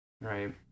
Right